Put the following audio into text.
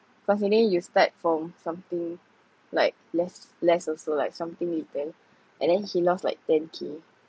you start from something like less less also like something is there and then he lost like ten K